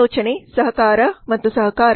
ಸಮಾಲೋಚನೆ ಸಹಕಾರ ಮತ್ತು ಸಹಕಾರ